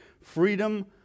Freedom